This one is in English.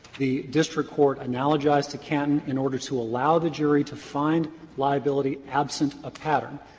the district court analogized to canton in order to allow the jury to find liability absent a pattern.